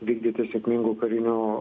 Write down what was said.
vykdyti sėkmingų karinių